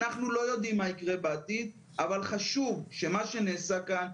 אנחנו לא יודעים מה יקרה בעתיד אבל חשוב שמה שנעשה כאן,